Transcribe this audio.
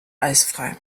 eisfrei